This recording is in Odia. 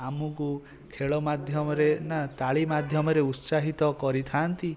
ଆମକୁ ଖେଳ ମାଧ୍ୟମରେ ନା ତାଳି ମାଧ୍ୟମରେ ଉତ୍ସାହିତ କରିଥାନ୍ତି